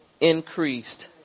increased